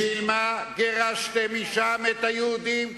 בשביל מה גירשתם משם את היהודים,